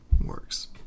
works